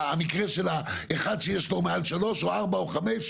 המקרה של האחד שיש לו מעל שלוש או ארבע או חמש,